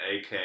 AK